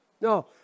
No